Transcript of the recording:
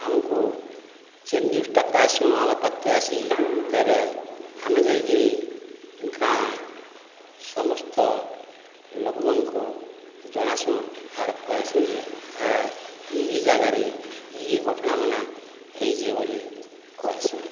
ଆମକୁ ଯେନ୍ ନିଉଜ୍ଟା ପାଏସୁଁ ଆମର ପାଖ୍କେ ଆଏସି ତେବେ ଆମେ ଯାଇକିରି ଗାଁର୍ ସମସ୍ତ ଲୋକମାନଙ୍କୁ ଜଣାସୁଁ ଆର୍ କହେସୁଁ ଯେ ଆର୍ ଇ ଇ ଜାଗାରେ ଇ ଇ ଘଟଣାମାନେ ହେଇଚେ ବୋଲି କହେସୁଁ